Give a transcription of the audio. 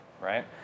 right